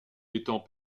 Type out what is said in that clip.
étant